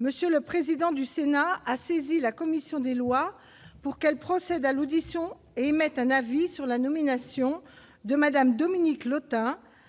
monsieur le président du Sénat, a saisi la commission des lois pour qu'elle procède à l'audition émette un avis sur la nomination de Madame Dominique Lottin